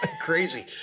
crazy